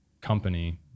company